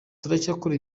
turacyakora